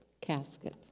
casket